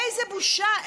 איזו בושה.